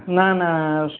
ନା ନା